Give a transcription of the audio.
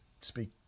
speak